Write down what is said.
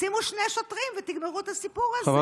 שימו שני שוטרים ותגמרו את הסיפור הזה.